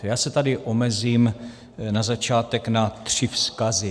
Já se tady omezím na začátek na tři vzkazy.